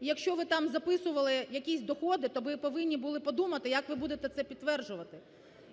якщо ви там записували якісь доходи, то ви повинні були подумати, як ви будете це підтверджувати.